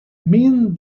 mean